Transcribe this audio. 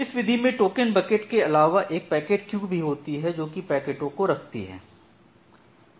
इस विधि में टोकन बकेट के अलावा एक पैकेट क्यू भी होती है जोकि पैकेटों को रखती है